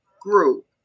group